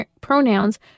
pronouns